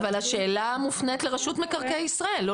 אבל השאלה מופנית לרשות מקרקעין ישראל.